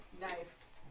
nice